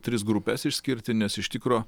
tris grupes išskirti nes iš tikro